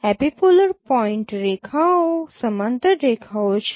epipolar point રેખાઓ સમાંતર રેખાઓ છે